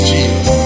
Jesus